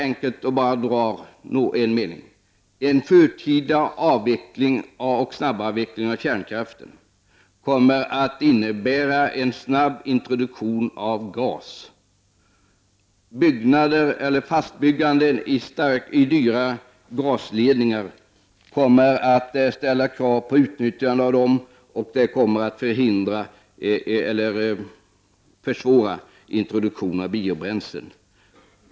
En förtida, snabb avveckling av kärnkraften kommer att innebära en tidig introduktion av gas. Byggandet av dyra gasledningar kommer att ställa krav på utnyttjande av dem och försvåra introduktion av biobränslen.